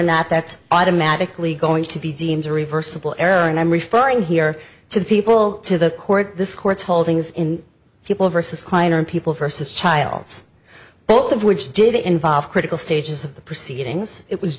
not that's automatically going to be deemed a reversible error and i'm referring here to the people to the court this court's holdings in people versus kleiner people versus childs both of which did involve critical stages of the proceedings it was